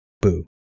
boo